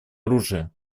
оружия